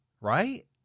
right